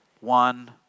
one